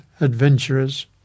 adventurers